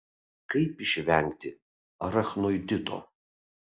kaip išvengti arachnoidito